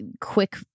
quick